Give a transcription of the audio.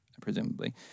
presumably